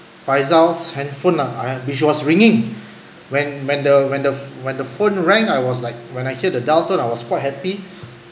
faisal's handphone ah I which was ringing when when the when the phone rang I was like when I heard the dial tone I was quite happy